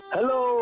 Hello